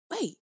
Wait